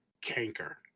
canker